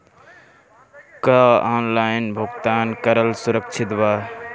का ऑनलाइन भुगतान करल सुरक्षित बा?